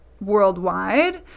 worldwide